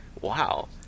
Wow